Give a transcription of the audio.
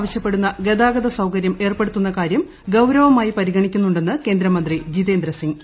ആവശ്യപ്പെടുന്ന ഗത്ത്ഗൃത സൌകരൃം ഏർപ്പെടുത്തുന്ന കാരൃം ഗൌരവമായി പരിഗണീക്കുന്നുണ്ടെന്ന് കേന്ദ്രമന്ത്രി ജിതേന്ദ്രസിംഗ്